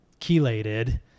chelated